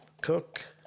Cook